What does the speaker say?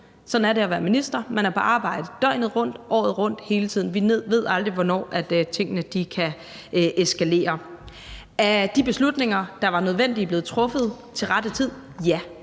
sådan er det at være minister: Man er på arbejde døgnet rundt, året rundt, hele tiden. Vi ved aldrig, hvornår tingene kan eskalere. Er de beslutninger, der var nødvendige, blevet truffet til rette tid? Ja,